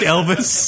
Elvis